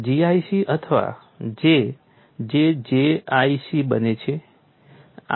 G IC અથવા J જે J IC બને છે